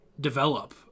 develop